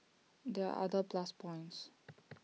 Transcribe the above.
there are other plus points